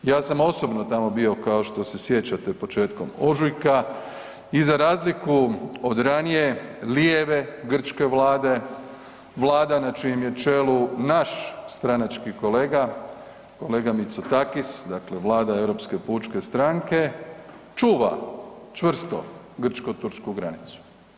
Ja sam osobno tamo bio kao što se sjećate, početkom ožujka i za razliku od ranije, lijeve grčke vlade, vlada na čijem je čelu naš stranački kolega, kolega Mitsotakis, dakle, vlada Europske pučke stranke, čuva čvrsto grčko-tursku granicu.